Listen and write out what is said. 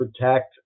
protect